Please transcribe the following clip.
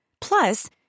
Plus